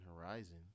Horizon